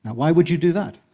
and why would you do that?